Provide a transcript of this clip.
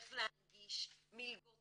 איך להנגיש מלגות